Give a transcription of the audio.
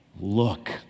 Look